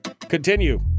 continue